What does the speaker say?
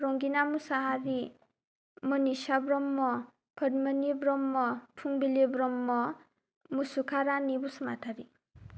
Rangina Musahari Monisha Brahma Podmini Brahma Phumbili Brahma Musuka Rani Basumatary